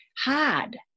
hard